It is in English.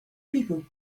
people